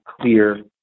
clear